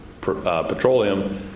petroleum